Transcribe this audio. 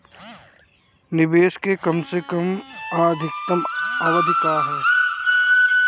निवेश के कम से कम आ अधिकतम अवधि का है?